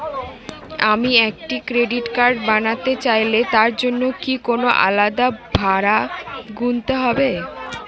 আমি একটি credit card বানাতে চাইলে তার জন্য কি কোনো আলাদা ভাড়া গুনতে হবে?